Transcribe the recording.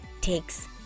takes